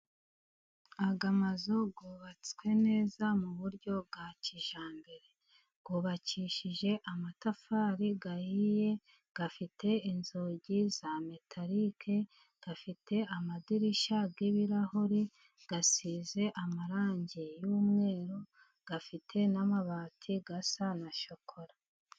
Aya mazu yubatswe neza mu buryo bwa kijyambere yubakishijwe amatafari ahiye, afite inzugi za metarike, afite amadirishya y'ibirahure, asize amarangi y'umweru, afite n'amabati asa na shokora.